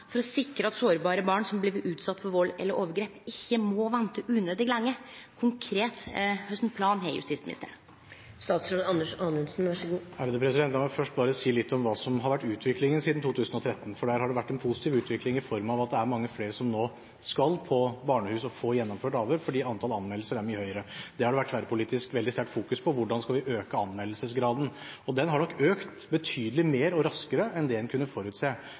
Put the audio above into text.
for å sikre at sårbare barn som blir utsette for vald eller overgrep, ikkje må vente unødig lenge? Kva konkret plan har justisministeren? La meg først bare si litt om hva som har vært utviklingen siden 2013. Det har vært en positiv utvikling i form av at det er mange flere som nå skal på barnehus og få gjennomført avhør, fordi antall anmeldelser er mye høyere. Det har det tverrpolitisk vært veldig sterkt fokus på – hvordan skal vi øke anmeldelsesgraden? Og den har nok økt betydelig mer og raskere enn det en kunne forutse.